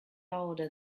older